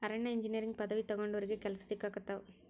ಅರಣ್ಯ ಇಂಜಿನಿಯರಿಂಗ್ ಪದವಿ ತೊಗೊಂಡಾವ್ರಿಗೆ ಕೆಲ್ಸಾ ಸಿಕ್ಕಸಿಗತಾವ